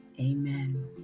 Amen